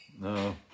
no